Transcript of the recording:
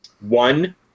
One